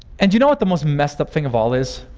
and do you know what the most messed up thing of all is?